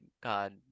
God